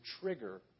trigger